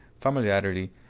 Familiarity